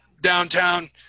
downtown